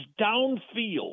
downfield